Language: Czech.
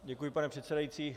Děkuji, pane předsedající.